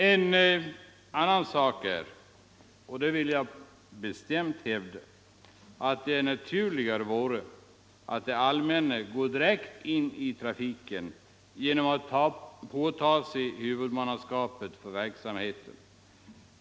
En annan sak är att det naturliga vore — det vill jag bestämt hävda — att det allmänna gick direkt in i trafiken genom att påtaga sig huvudmannaskapet för verksamheten.